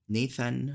Nathan